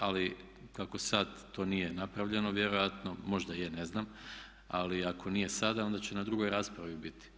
Ali kako sada to nije napravljeno vjerojatno, možda je, ne znam, ali ako nije sada onda će na drugoj raspravi biti.